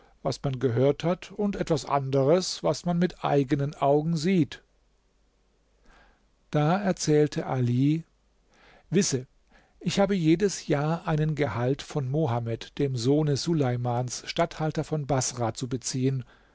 was man gehört hat und etwas anderes was man mit eigenen augen sieht da erzählte ali wisse ich habe jedes jahr einen gehalt von mohamed dem sohne suleimans statthalter von baßrah zu beziehen